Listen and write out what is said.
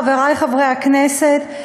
חברי חברי הכנסת,